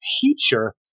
teacher